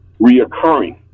reoccurring